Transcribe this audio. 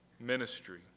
ministry